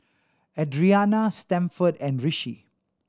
Adrianna Stanford and Rishi